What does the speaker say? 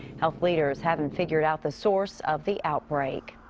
health leaders haven't figured out the source of the outbreak.